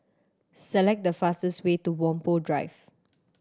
select the fastest way to Whampoa Drive